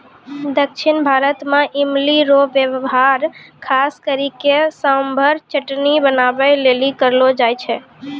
दक्षिण भारत मे इमली रो वेहवार खास करी के सांभर चटनी बनाबै लेली करलो जाय छै